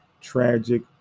tragic